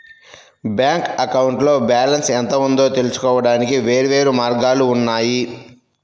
bank అకౌంట్లో balance ఎంత ఉందో తెలుసుకోవడానికి వేర్వేరు మార్గాలు ఉన్నాయి